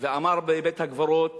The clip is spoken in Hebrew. ואמר בבית-הקברות,